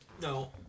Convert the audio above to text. No